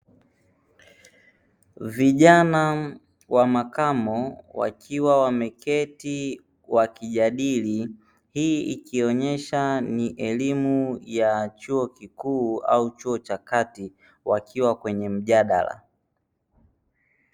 Vijana wa makamo wakiwa wameketi wakijadili, hii ikionyesha ni elimu ya chuo kikuu au chuo cha kati wakiwa kwenye mjadala.